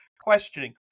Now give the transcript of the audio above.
questioning